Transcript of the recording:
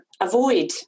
avoid